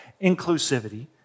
inclusivity